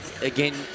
again